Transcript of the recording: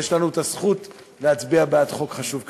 יש לנו הזכות להצביע בעד חוק חשוב כזה.